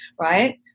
right